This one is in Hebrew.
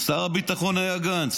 שר הביטחון היה גנץ,